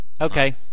Okay